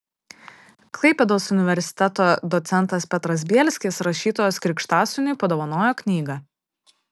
klaipėdos universiteto docentas petras bielskis rašytojos krikštasūniui padovanojo knygą